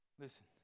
listen